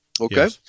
okay